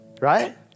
right